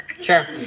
Sure